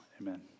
Amen